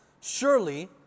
Surely